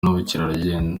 n’ubukerarugendo